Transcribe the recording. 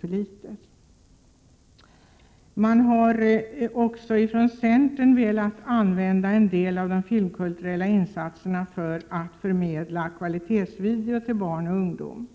för litet. Centern vill använda en del av de filmkulturella insatserna för att förmedla kvalitetsvideo till barn och ungdom.